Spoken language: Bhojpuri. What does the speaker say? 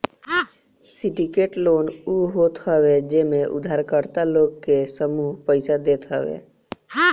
सिंडिकेटेड लोन उ होत हवे जेमे उधारकर्ता लोग के समूह पईसा देत हवे